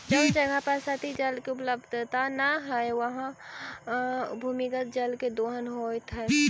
जउन जगह पर सतही जल के उपलब्धता न हई, उहाँ भूमिगत जल के दोहन होइत हई